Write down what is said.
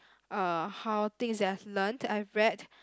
uh how things that I've learnt I've read